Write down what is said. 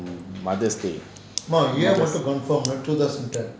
mother's day